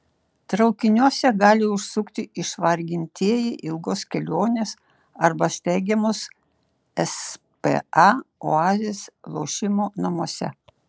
traukiniuose gali užsukti išvargintieji ilgos kelionės arba steigiamos spa oazės lošimo namuose